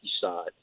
side